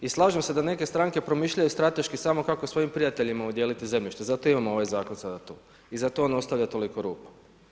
I slažem se da neke stranke promišljaju strateški samo kako svojim prijateljima udijeliti zemljište zato imamo ovaj zakon sada tu i zato on ostavlja toliko rupa.